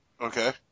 Okay